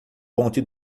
ponte